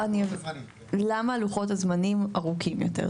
למה לוחות הזמנים ארוכים יותר.